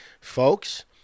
Folks